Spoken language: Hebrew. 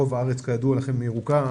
רוב הארץ כידוע לכם היא ירוקה,